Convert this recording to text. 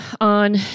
on